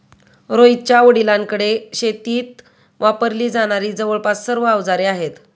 रोहितच्या वडिलांकडे शेतीत वापरली जाणारी जवळपास सर्व अवजारे आहेत